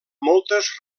moltes